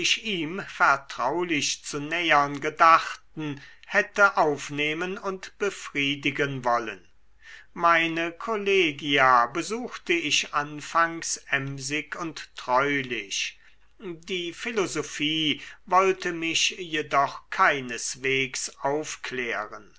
vertraulich zu nähern gedachten hätte aufnehmen und befriedigen wollen meine kollegia besuchte ich anfangs emsig und treulich die philosophie wollte mich jedoch keineswegs aufklären